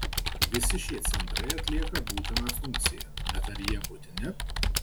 visi šie centrai atlieka būtiną funkciją bet ar jie būtini